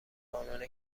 کانون